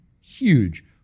huge